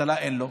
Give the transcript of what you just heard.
אבטלה אין לו,